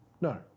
No